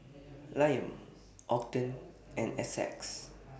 Liam Ogden and Essex